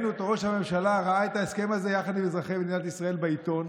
ראש הממשלה ראה את ההסכם הזה יחד עם אזרחי מדינת ישראל בעיתון,